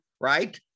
right